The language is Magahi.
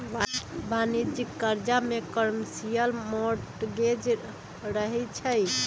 वाणिज्यिक करजा में कमर्शियल मॉर्टगेज रहै छइ